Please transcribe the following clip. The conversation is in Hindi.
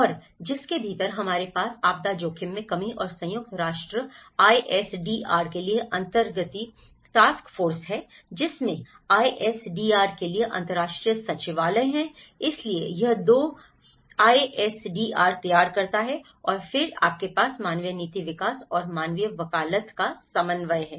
और जिसके भीतर हमारे पास आपदा जोखिम में कमी और संयुक्त राष्ट्र आईएसडीआर के लिए अंतरगति टास्क फोर्स है जिसमें आईएसडीआर के लिए अंतर्राज्यीय सचिवालय है इसलिए यह 2 आईएसडीआर तैयार करता है और फिर आपके पास मानवीय नीति विकास और मानवीय वकालत का समन्वय है